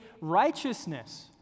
righteousness